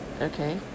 Okay